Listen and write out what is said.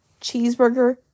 cheeseburger